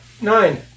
Nine